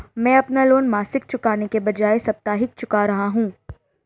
मैं अपना लोन मासिक चुकाने के बजाए साप्ताहिक चुका रहा हूँ